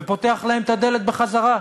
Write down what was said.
ופותח להם את הדלת בחזרה.